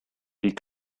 die